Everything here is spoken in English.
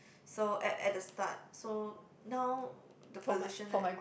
so at at the start so now the position at